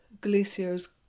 Glacier's